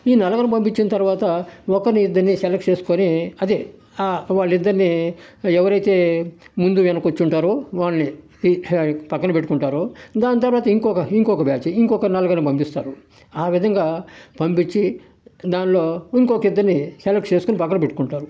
ఈ నలగరు పంపిచ్చిన తర్వాత ఒకన్ని ఇద్దర్ని సెలక్ట్ చేసుకొని అదే ఆ వాళ్ళిద్దర్నీ ఎవరైతే ముందు వెనక వచ్చింటారో వాళ్ళని పక్కన పెట్టుకుంటారు దాని తర్వాత ఇంకొక ఇంకొక బ్యాచి ఇంకొక నలగరిని పంపిస్తారు ఆ విధంగాపంపిచ్చి దాన్లో ఇంకొక ఇద్దరిని సెలక్ట్ చేసుకొని పక్కన పెట్టుకుంటారు